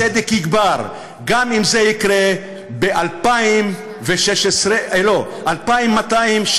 הצדק יגבר, גם אם זה יקרה ב-2016, לא, ב-2216.